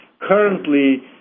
currently